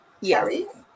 Yes